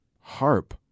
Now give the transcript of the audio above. harp